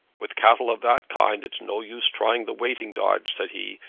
with cattle of that kind it's no use trying the waiting dodge, said he.